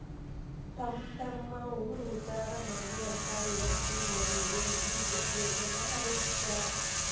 ತಮ್ಮ್ತಮ್ಮ ಊರ್ ಉದ್ದಾರಾ ಮಾಡ್ಲಿ ಅಂತ ಎಂ.ಪಿ.ಎಲ್.ಎ.ಡಿ.ಎಸ್ ಯೋಜನಾ ರೂಪ್ಸ್ಯಾರ